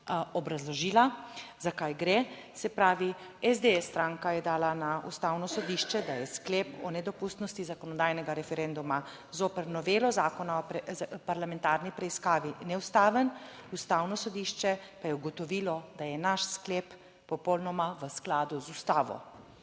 obrazložila, za kaj gre. Se pravi, SDS stranka je dala na Ustavno sodišče, da je sklep o nedopustnosti zakonodajnega referenduma zoper novelo Zakona o parlamentarni preiskavi neustaven, Ustavno sodišče pa je ugotovilo, da je naš sklep popolnoma v skladu z Ustavo.